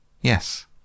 Yes